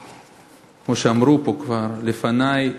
כמו שאמרו פה כבר לפני,